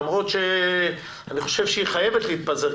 למרות שאני חושב שהיא חייבת להתפזר,